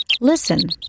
Listen